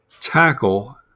tackle